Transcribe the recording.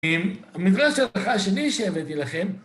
המדרש הלכה שני שהבאתי לכם